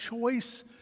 choice